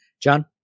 John